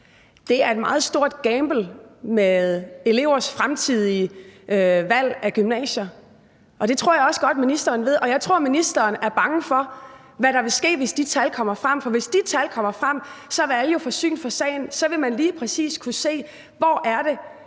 Det er en meget stor gambling med elevers fremtidige valg af gymnasier. Og det tror jeg også godt at ministeren ved, og jeg tror, at ministeren er bange for, hvad der vil ske, hvis de tal kommer frem. For hvis de tal kommer fra, vil alle jo få syn for sagn; så vil man lige præcis kunne se, hvor det